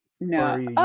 No